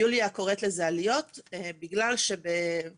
יוליה קוראת לזה עליות בגלל שבדיון